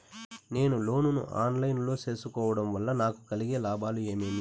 నేను లోను ను online లో సేసుకోవడం వల్ల నాకు కలిగే లాభాలు ఏమేమీ?